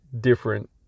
different